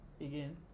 again